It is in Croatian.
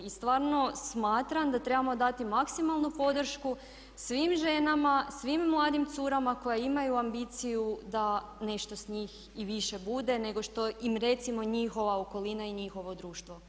I stvarno smatram da trebamo dati maksimalnu podršku svim ženama, svim mladim curama koje imaju ambiciju da nešto s njih i više bude nego što im recimo njihova okolina i njihovo društvo predviđa.